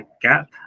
gap